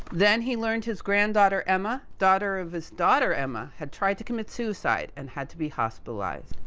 then, he learned his granddaughter emma, daughter of his daughter emma, had tried to commit suicide, and had to be hospitalized.